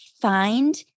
find